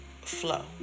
flow